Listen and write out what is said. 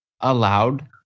allowed